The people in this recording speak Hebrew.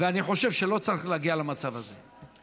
ואני חושב שלא צריך להגיע למצב הזה.